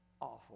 awful